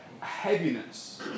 heaviness